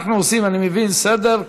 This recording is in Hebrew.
אנחנו עושים, אני מבין, סדר,